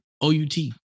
O-U-T